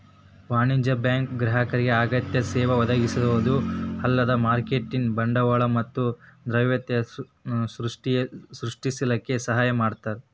ವಾಣಿಜ್ಯ ಬ್ಯಾಂಕು ಗ್ರಾಹಕರಿಗೆ ಅಗತ್ಯ ಸೇವಾ ಒದಗಿಸೊದ ಅಲ್ದ ಮಾರ್ಕೆಟಿನ್ ಬಂಡವಾಳ ಮತ್ತ ದ್ರವ್ಯತೆ ಸೃಷ್ಟಿಸಲಿಕ್ಕೆ ಸಹಾಯ ಮಾಡ್ತಾರ